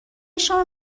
شام